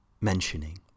mentioning